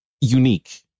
unique